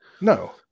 No